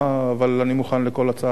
אבל אני מוכן גם לכל הודעה אחרת.